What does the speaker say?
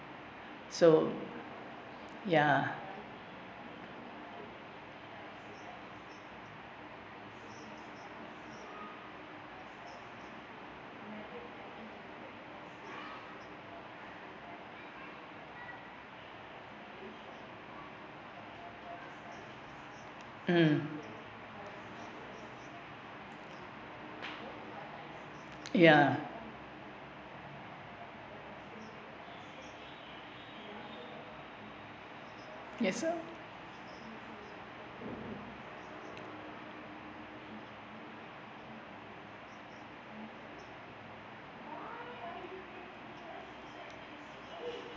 so ya um ya yes uh